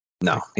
No